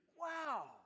wow